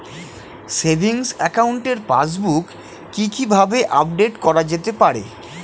Savings একাউন্টের passbook কি কিভাবে আপডেট করা যেতে পারে?